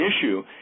issue